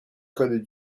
code